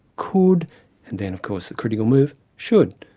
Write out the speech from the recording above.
could and then of course the critical move should,